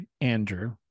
Andrew